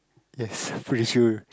yes pretty sure